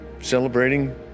celebrating